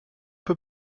peu